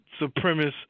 supremacist